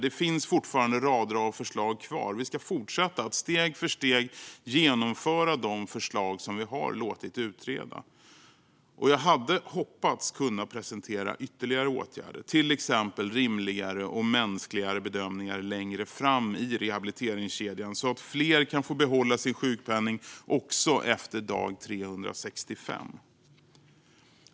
Det finns fortfarande rader av förslag kvar, och vi ska fortsätta att steg för steg genomföra de förslag som vi har låtit utreda. Jag hade hoppats kunna presentera ytterligare åtgärder, till exempel rimligare och mänskligare bedömningar längre fram i rehabiliteringskedjan så att fler kan få behålla sin sjukpenning också efter dag 365.